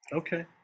okay